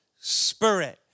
spirit